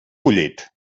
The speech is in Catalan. bullit